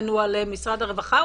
הוא על משרד הרווחה,